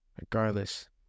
Regardless